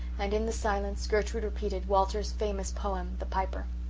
and in the silence gertrude repeated walter's famous poem the piper.